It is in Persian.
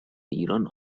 ایران